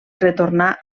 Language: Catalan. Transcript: retornà